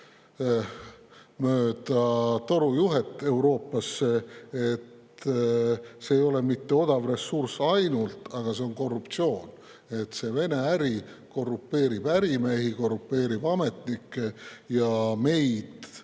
mööda torujuhet Euroopasse. See ei ole mitte odav ressurss ainult, vaid see on korruptsioon. See Vene-äri korrumpeerib ärimehi, korrumpeerib ametnikke ja meid,